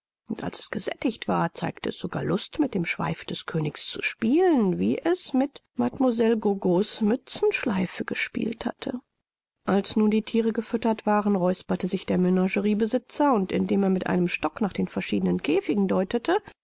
als es gesättigt war zeigte es sogar lust mit dem schweif des königs zu spielen wie es mit mlle gogo's mützenschleife gespielt hatte als nun die thiere gefüttert waren räusperte sich der menageriebesitzer und indem er mit einem stock nach den verschiedenen käfigen deutete